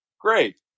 Great